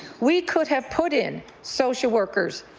we could have put in social workers,